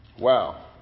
Wow